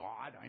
God